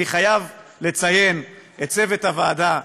אני חייב לציין את צוות הוועדה,